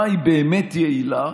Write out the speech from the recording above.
במה היא באמת יעילה?